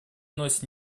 носят